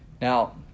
Now